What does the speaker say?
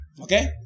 Okay